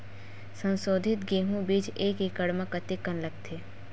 संसोधित गेहूं बीज एक एकड़ म कतेकन लगथे?